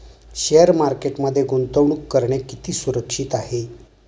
Share मार्केटमध्ये गुंतवणूक करणे किती सुरक्षित आहे?